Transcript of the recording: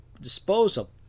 disposal